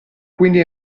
quindi